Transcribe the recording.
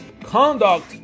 conduct